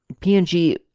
PNG